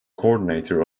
coordinator